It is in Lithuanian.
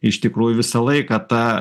iš tikrųjų visą laiką ta